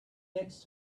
next